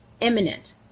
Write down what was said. Imminent